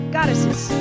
goddesses